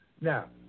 Now